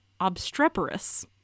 obstreperous